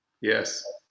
Yes